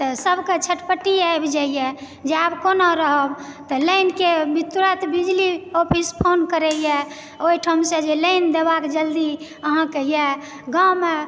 तऽ सबके छटपटी आबि जाइए जे आब कोना रहब तऽ लाइनके तुरत बिजली ऑफिस फोन करैए ओइठामसऽ जे लाइन देबाक जल्दी अहाँके येए गाँमे